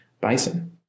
bison